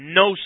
no